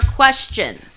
questions